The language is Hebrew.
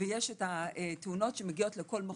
ויש את התאונות שמגיעות לכל מחוז.